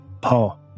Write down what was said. Paul